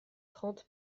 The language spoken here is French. trente